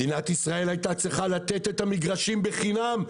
מדינת ישראל הייתה צריכה לתת את המגרשים חינם,